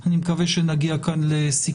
היא מקובלת עלינו כי היא בכל זאת אפשרה מצד